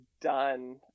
done